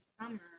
summer